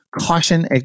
caution